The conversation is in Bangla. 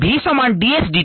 v সমান d s d t